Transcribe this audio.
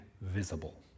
visible